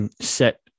set